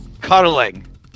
Cuddling